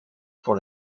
for